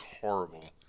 horrible